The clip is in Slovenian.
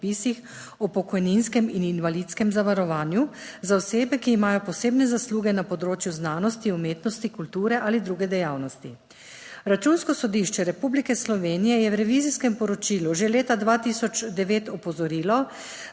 o pokojninskem in invalidskem zavarovanju za osebe, ki imajo posebne zasluge na področju znanosti, umetnosti, kulture ali druge dejavnosti. Računsko sodišče Republike Slovenije je v revizijskem poročilu že leta 2009 opozorilo,